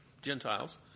gentiles